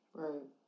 right